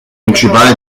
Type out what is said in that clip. principale